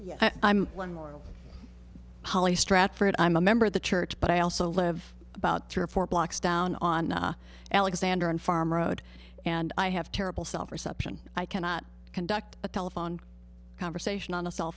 i'm one more holly stratford i'm a member of the church but i also live about three or four blocks down on alexander and farm road and i have terrible self perception i cannot conduct a telephone conversation on a cell